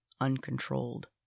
uncontrolled